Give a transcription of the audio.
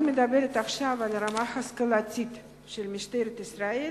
אני מדברת עכשיו על הרמה ההשכלתית של משטרת ישראל,